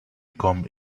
come